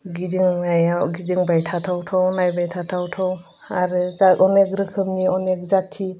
गिदिंनायाव गिदिंबायथाथावथाव नायबाय थाथावथाव आरो जा अनेख रोखोमनि अनेख जाथि